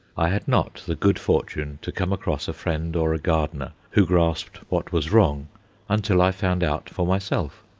i had not the good fortune to come across a friend or a gardener who grasped what was wrong until i found out for myself.